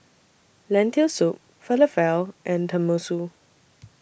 Lentil Soup Falafel and Tenmusu